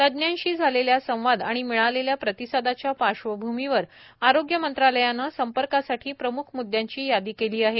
तज्ज्ञांशी झालेल्या संवाद आणि मिळालेल्या प्रतिसादाच्या पार्श्वभूमीवर आरोग्य मंत्रालयाने संपर्कासाठी प्रम्ख म्दृद्यांची यादी केली आहे